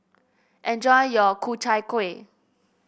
enjoy your Ku Chai Kuih